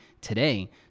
today